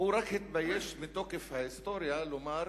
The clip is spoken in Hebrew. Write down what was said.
הוא רק התבייש מתוקף ההיסטוריה לומר,